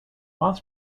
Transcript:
boss